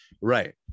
right